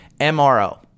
MRO